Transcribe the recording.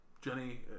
Jenny